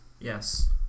Yes